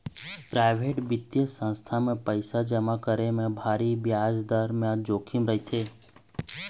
private बित्तीय संस्था मन म पइसा जमा करे म भारी बियाज दर म जोखिम रहिथे